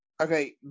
Okay